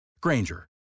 Granger